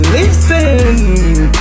Listen